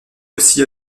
aussi